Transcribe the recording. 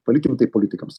palikim tai politikams